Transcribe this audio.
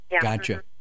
Gotcha